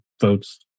votes